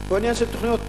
הוא עניין תוכניות המיתאר.